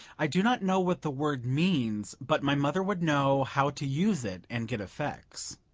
i do not know what the word means, but my mother would know how to use it and get effects.